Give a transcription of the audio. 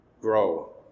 grow